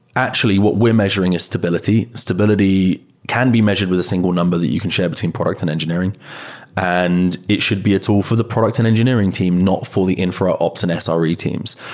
actually, what we're measuring is stability. stability can be measured with a single number that you can share between product and engineering and it should be at all for the product and engineering team, not for the infra ops and ah sre teams.